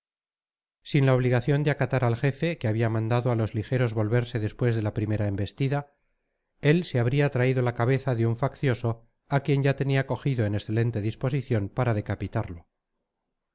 sin la obligación de acatar al jefe que había mandado a los ligeros volverse después de la primera embestida él se habría traído la cabeza de un faccioso a quien ya tenía cogido en excelente disposición para decapitarlo